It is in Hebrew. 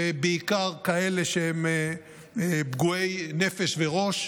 בעיקר כאלה שהם פגועי נפש וראש,